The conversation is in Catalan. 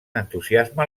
entusiasme